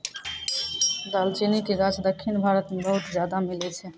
दालचीनी के गाछ दक्खिन भारत मे बहुते ज्यादा मिलै छै